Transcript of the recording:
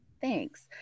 Thanks